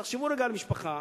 תחשבו רגע על משפחה